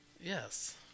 Yes